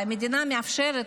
אבל המדינה מאפשרת,